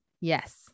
Yes